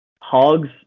Hogs